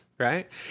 Right